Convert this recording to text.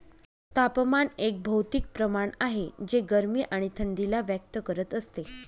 तापमान एक भौतिक प्रमाण आहे जे गरमी आणि थंडी ला व्यक्त करत असते